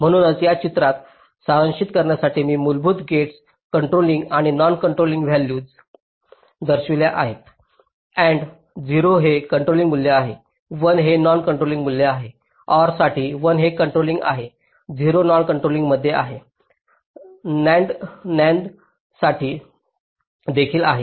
म्हणूनच या चित्रात सारांशित करण्यासाठी मी मूलभूत गेट्स कॉन्ट्रॉलिंग आणि नॉन कंट्रोलिंग व्हॅल्यूज दाखवित आहे AND 0 हे कंट्रोलिंग मूल्य आहे 1 हे नॉन कंट्रोलिंग मूल्य आहे OR साठी 1 हे कंट्रोलिंग आहे 0 नॉन कंट्रोलिंगमध्ये आहे NAND साठी देखील असेच आहे